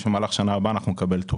אנחנו מקווים שבמהלך שנה הבאה אנחנו תוקף.